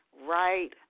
right